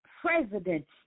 president